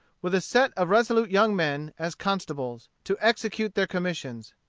with a set of resolute young men, as constables, to execute their commissions.